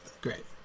Great